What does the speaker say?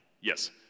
Yes